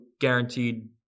guaranteed